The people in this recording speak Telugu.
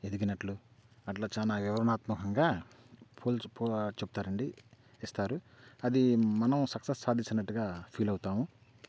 ఎదిగినట్లు అట్లా చాలా వివరాణాత్మకంగా పోల్చు చెప్తారండి ఇస్తారు అది మనం సక్సెస్ సాధించినట్టుగా ఫీల్ అవుతాము